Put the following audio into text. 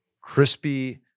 crispy